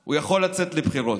הוא יכול לצאת לבחירות,